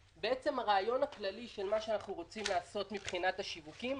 הרעיון הכללי של מה שאנחנו רוצים לעשות מבחינת השיווקים,